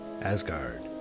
Asgard